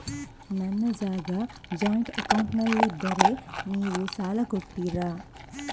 ನನ್ನ ಜಾಗ ಜಾಯಿಂಟ್ ಅಕೌಂಟ್ನಲ್ಲಿದ್ದರೆ ನೀವು ಸಾಲ ಕೊಡ್ತೀರಾ?